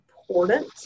important